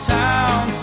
town